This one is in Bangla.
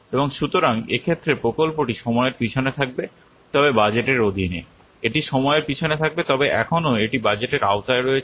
এবং সুতরাং এক্ষেত্রে প্রকল্পটি সময়ের পিছনে থাকবে তবে বাজেটের অধীনে এটি সময়ের পিছনে থাকবে তবে এখনও এটি বাজেটের আওতায় রয়েছে